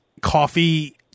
coffee